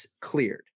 cleared